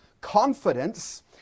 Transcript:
confidence